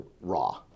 raw